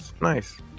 nice